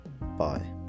Bye